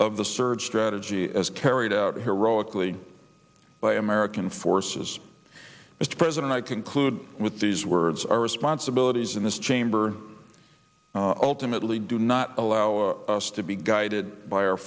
of the surge strategy as carried out heroically by american forces mr president i conclude with these words our responsibilities in this chamber ultimately do not allow us to be guided by our